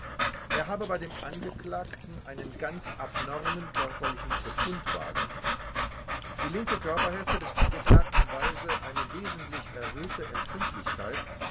er habe bei dem angeklagten einen ganz abnormen körperlichen befund wahrgenommen die linke körperhälfte des angeklagten weise eine wesentlich erhöhte empfindlichkeit